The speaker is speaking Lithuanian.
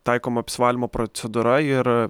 taikoma apsivalymo procedūra ir